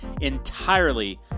entirely